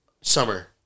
summer